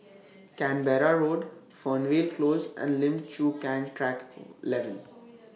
Canberra Road Fernvale Close and Lim Chu Kang Track eleven